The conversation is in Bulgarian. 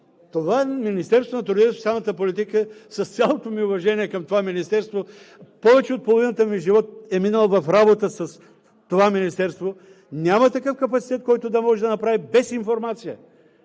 тях? Министерството на труда и социалната политика, с цялото ми уважение към това министерство, повече от половината ми живот е минала в работа с това министерство – няма такъв капацитет, който да може да го направи без информация.